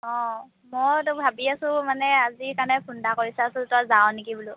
অঁ মইটো ভাবি আছোঁ মানে আজি কাৰণে ফোন এটা কৰি চাওঁচোন তই যাৱ নেকি বোলো